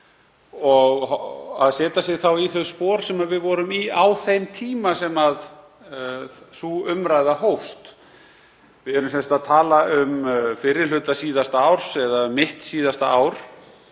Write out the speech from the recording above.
að setja sig í þau spor sem við vorum í á þeim tíma þegar sú umræða hófst. Við erum sem sagt að tala um fyrri hluta síðasta árs eða um mitt síðasta ár